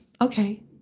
Okay